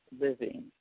living